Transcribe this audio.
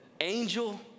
angel